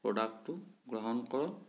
প্ৰডাক্টটো গ্ৰহণ কৰক